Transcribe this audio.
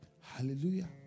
Hallelujah